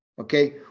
Okay